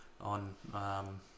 on